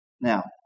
Now